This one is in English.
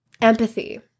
empathy